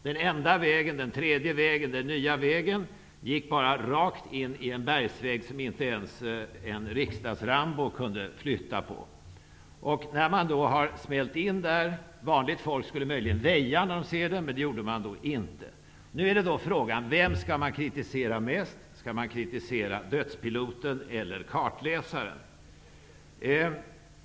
Den enda vägen, den tredje vägen eller den nya vägen gick rakt in i en bergvägg, som inte ens en riksdags Rambo kunde flytta på. Vanligt folk skulle möjligen väja när de ser en sådan bergvägg, men det gjorde man inte. Frågan är vem man skall kritisera mest. Skall man kritisera dödspiloten eller kartläsaren?